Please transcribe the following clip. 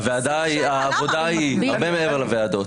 העבודה היא הרבה מעבר לוועדות.